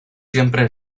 siempre